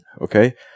okay